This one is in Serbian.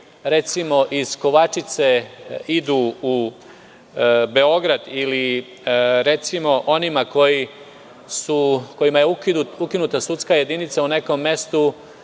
recimo, iz Kovačice idu u Beograd ili onima kojima je ukinuta sudska jedinica u nekom mestu